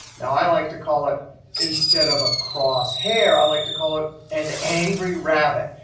now, i like to call it instead of a crosshair, i like to call it an angry rabbit.